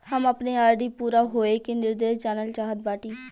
हम अपने आर.डी पूरा होवे के निर्देश जानल चाहत बाटी